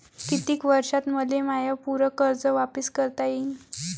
कितीक वर्षात मले माय पूर कर्ज वापिस करता येईन?